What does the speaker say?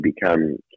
become